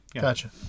Gotcha